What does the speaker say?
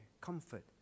comfort